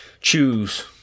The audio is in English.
choose